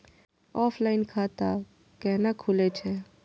Offline खाता कैना खुलै छै?